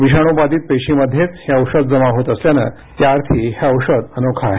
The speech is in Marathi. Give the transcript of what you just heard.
विषाणूबाधित पेशींमध्येच हे औषध जमा होत असल्यानं त्याअर्थी हे औषध अनोखं आहे